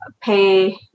pay